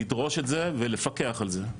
לדרוש את זה ולפקח על זה.